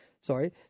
Sorry